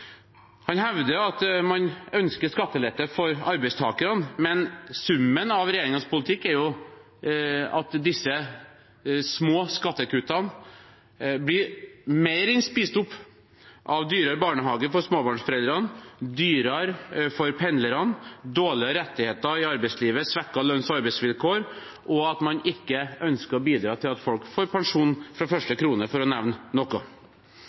Han hevder at man ønsker skattelette for arbeidstakerne, men summen av regjeringens politikk er jo at disse små skattekuttene blir mer enn spist opp av dyrere barnehage for småbarnsforeldrene, at det blir dyrere for pendlerne, dårligere rettigheter i arbeidslivet, svekkede lønns- og arbeidsvilkår og av at man ikke ønsker å bidra til at folk får pensjon fra første krone, for å nevne noe.